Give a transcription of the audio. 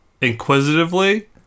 inquisitively